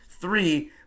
three